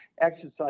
exercise